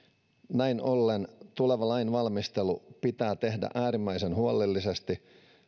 näin ollen tuleva lainvalmistelu pitää tehdä äärimmäisen huolellisesti